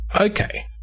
Okay